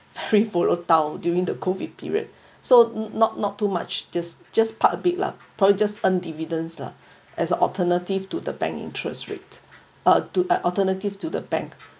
lock down during the COVID period so not not too much just just park a bit lah probably just earn dividends lah as an alternative to the bank interest rate uh to uh alternative to the bank